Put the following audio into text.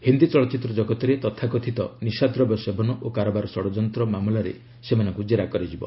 ହିନ୍ଦୀ ଚଳଚ୍ଚିତ୍ର ଜଗତରେ ତଥାକଥିତ ନିଶାଦ୍ରବ୍ୟ ସେବନ ଓ କାରବାର ଷଢ଼ଯନ୍ତ୍ର ମାମଲାରେ ସେମାନଙ୍କୁ ଜେରା କରାଯିବ